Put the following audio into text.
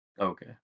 Okay